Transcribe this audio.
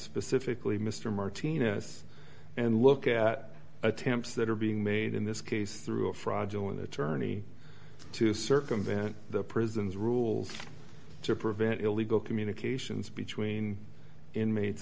specifically mr martinez and look at attempts that are being made in this case through a fraudulent attorney to circumvent the prison's rules to prevent illegal communications between inmates